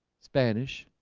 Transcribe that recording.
spanish